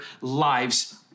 lives